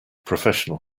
professional